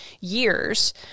years